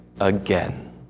again